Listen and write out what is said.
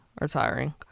retiring